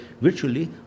virtually